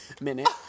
minute